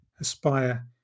aspire